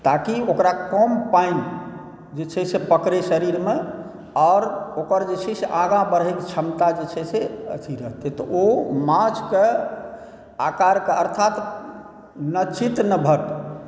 ताकि ओकरा कम पानि जे छै से पकड़ै शरीरमे आओर ओकर जे छै आगाँ बढ़ैके क्षमता जे छै अथी करते तऽ ओ माछ के आकर के अर्थात ने चित्त ने पट्ट